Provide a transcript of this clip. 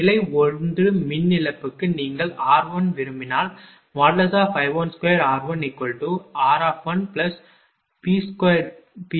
கிளை 1 மின் இழப்புக்கு நீங்கள் r1 விரும்பினால் I12r1r×P22Q2V22